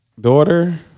Daughter